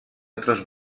otros